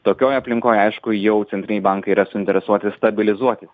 tokioj aplinkoj aišku jau centriniai bankai yra suinteresuoti stabilizuotis